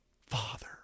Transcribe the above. father